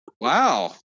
Wow